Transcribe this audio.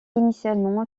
initialement